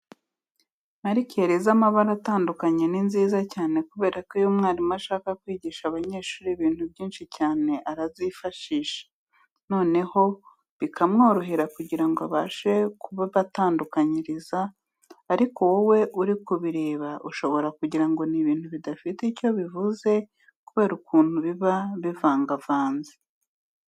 Marikeri z'amabara atandukanye ni nziza cyane kubera ko iyo mwarimu ashaka kwigisha abanyeshuri ibintu byinshi cyane arazifashisha, noneho bikamworohera kugira ngo abashe kubibatandukanyiriza ariko wowe uri kubireba ushobora kugira ngo ni ibintu bidafite icyo bivuze kubera ukuntu biba bivangavanze.